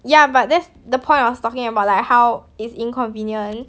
ya but that's the point I was talking about like how it's inconvenient